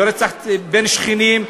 היה רצח בין שכנים,